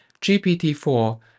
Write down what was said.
GPT-4